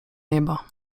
nieba